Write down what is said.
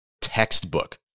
textbook